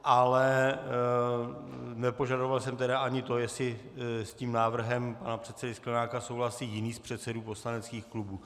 Ale nepožadoval jsem tedy ani to, jestli s tím návrhem pana předsedy Sklenáka souhlasí jiný z předsedů poslaneckých klubů.